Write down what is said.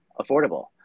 affordable